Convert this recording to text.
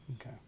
Okay